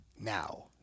Now